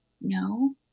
no